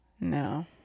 No